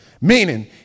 Meaning